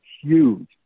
huge